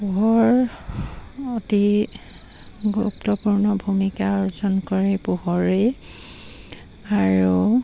পোহৰ অতি গুৰুত্বপূৰ্ণ ভূমিকা অৰ্জন কৰে পোহৰেই আৰু